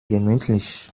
gemütlich